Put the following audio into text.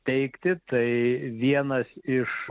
teigti tai vienas iš